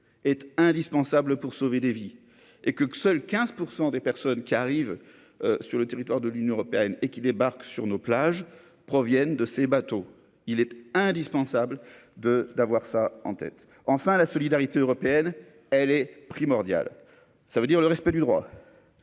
est indispensable pour sauver des vies, et que que seuls 15 % des personnes qui arrivent sur le territoire de l'Union européenne et qui débarquent sur nos plages proviennent de ces bateaux, il était indispensable de d'avoir ça en tête, enfin : la solidarité européenne, elle est primordiale, ça veut dire le respect du droit,